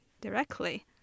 directly